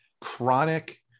chronic